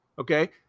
Okay